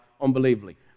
unbelievably